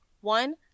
One